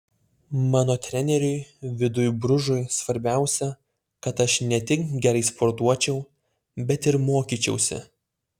mano treneriui vidui bružui svarbiausia kad aš ne tik gerai sportuočiau bet ir mokyčiausi